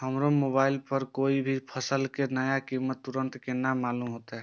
हमरा मोबाइल पर कोई भी फसल के नया कीमत तुरंत केना मालूम होते?